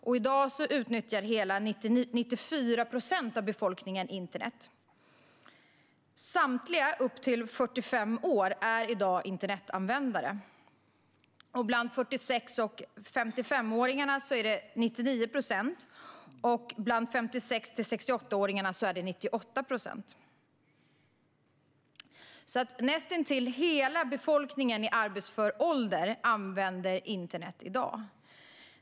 I dag utnyttjar hela 94 procent av befolkningen internet. Samtliga upp till 45 år är i dag internetanvändare. Bland 46-55-åringarna är det 99 procent, och bland 56-68-åringarna är det 98 procent. Näst intill hela befolkningen i arbetsför ålder använder alltså internet i dag.